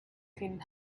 can